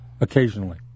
occasionally